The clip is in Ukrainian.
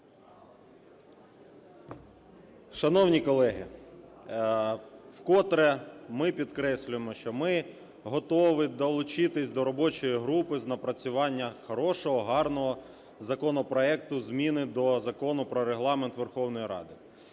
Шановні колеги, в котре ми підкреслюємо, що ми готові долучитись до робочої групи з напрацювання хорошого, гарного законопроекту - зміни до Закону про Регламент Верховної Ради.